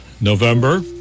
November